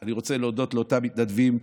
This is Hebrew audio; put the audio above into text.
אני רוצה להודות לאותם מתנדבים.